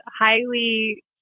highly